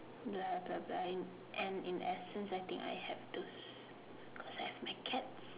like have a guy and in essence I think I have this cuz I have my cats